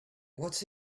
what